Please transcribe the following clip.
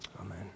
Amen